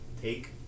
Take